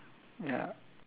ya